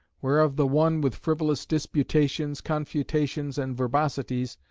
whereof the one with frivolous disputations, confutations, and verbosities,